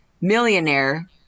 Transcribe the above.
millionaire